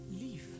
leave